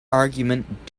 argument